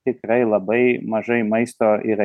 tikrai labai mažai maisto yra